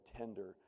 tender